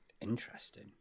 interesting